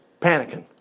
panicking